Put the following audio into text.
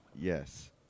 Yes